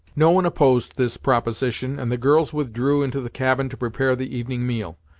no one opposed this proposition, and the girls withdrew into the cabin to prepare the evening meal,